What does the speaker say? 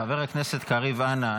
חבר הכנסת קריב, אנא.